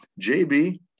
JB